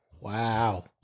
Wow